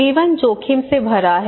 जीवन जोखिम से भरा है